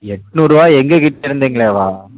எட்நூறுபா எங்கள்கிட்ட இருந்துங்களேவா